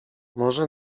może